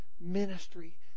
ministry